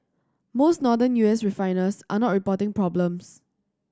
most Northern U S refiners are not reporting problems